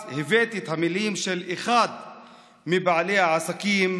אז הבאתי את המילים של אחד מבעלי העסקים,